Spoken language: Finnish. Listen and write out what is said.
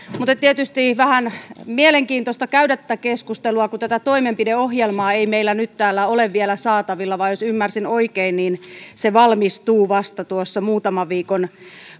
mutta on tietysti vähän mielenkiintoista käydä tätä keskustelua kun tätä toimenpideohjelmaa ei meillä nyt täällä ole vielä saatavilla tai jos ymmärsin oikein niin se valmistuu vasta muutaman viikon